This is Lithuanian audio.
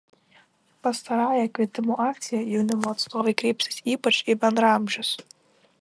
pastarąja kvietimų akcija jaunimo atstovai kreipsis ypač į bendraamžius